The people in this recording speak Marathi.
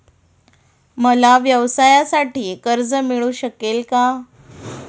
मला व्यवसायासाठी कर्ज मिळू शकेल का?